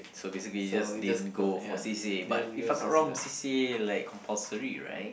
so basically just didn't go for c_c_a but if I'm not wrong c_c_a like compulsory right